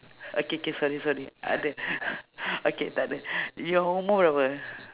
okay k sorry sorry ada okay takde your umur berapa